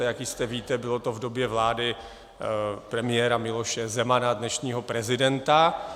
Jak jistě víte, bylo to v době vlády premiéra Miloše Zemana, dnešního prezidenta.